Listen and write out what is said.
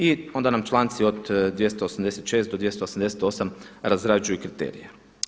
I onda nam članci od 286. do 288. razrađuju kriterije.